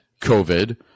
COVID